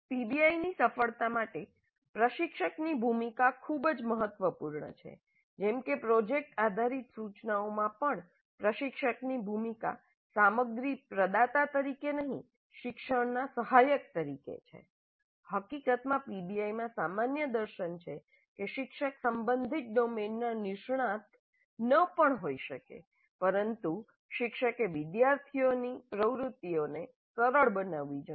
પીબીઆઈની સફળતા માટે પ્રશિક્ષકની ભૂમિકા ખૂબ જ મહત્વપૂર્ણ છે જેમ કે પ્રોજેક્ટ આધારિત સૂચનાઓ માં પણ પ્રશિક્ષકની ભૂમિકા સામગ્રી પ્રદાતા તરીકે નહીં શિક્ષણના સહાયક તરીકે છે હકીકતમાં પીબીઆઈમાં સામાન્ય દર્શન છે કે શિક્ષક સંબંધિત ડોમેનના નિષ્ણાત પણ ન હોઈ શકે પરંતુ શિક્ષકે વિદ્યાર્થીઓની પ્રવૃત્તિઓને સરળ બનાવવી જોઈએ